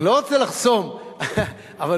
אני לא רוצה לחסום, באמת.